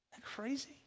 crazy